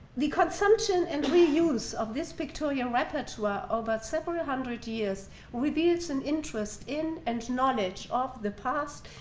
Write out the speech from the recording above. the consumption and reuse of this pictorial repertoire over several hundred years reveals an interest in and knowledge of the past,